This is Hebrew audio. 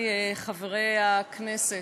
חברי חברי הכנסת,